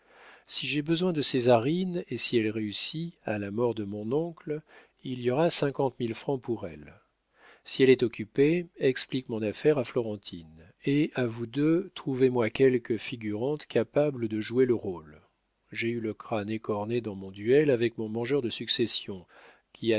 si j'ai besoin de césarine et si elle réussit à la mort de mon oncle il y aura cinquante mille francs pour elle si elle est occupée explique mon affaire à florentine et à vous deux trouvez-moi quelque figurante capable de jouer le rôle j'ai eu le crâne écorné dans mon duel avec mon mangeur de succession qui a